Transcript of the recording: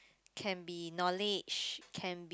can be knowledge can